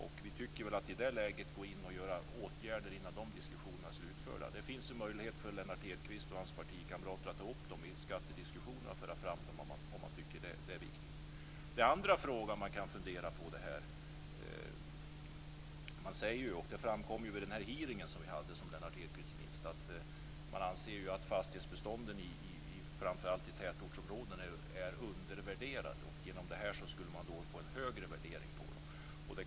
Och vi är väl lite tveksamma till att gå in och vidta åtgärder innan de diskussionerna är slutförda. Det finns en möjlighet för Lennart Hedquist och hans partikamrater att ta upp och föra fram frågorna i en skattediskussion om man tycker det är viktigt. Den andra frågan man kan fundera på är när han säger - och det framkom vid den hearing som vi hade, som Lennart Hedquist minns - att man anser att fastighetsbestånden i framför allt tätortsområdena är undervärderade. Genom det här förslaget skulle de värderas högre.